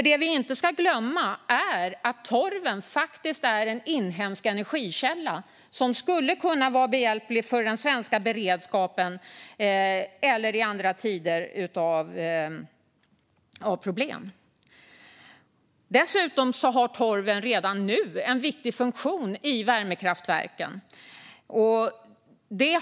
Det vi inte ska glömma är nämligen att torven faktiskt är en inhemsk energikälla som skulle kunna vara behjälplig i den svenska beredskapen eller i andra tider av problem. Dessutom har torv redan nu en viktig funktion i värmekraftverk.